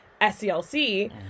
sclc